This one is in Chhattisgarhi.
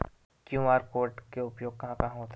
क्यू.आर कोड के उपयोग कहां कहां होथे?